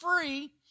free